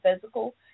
physical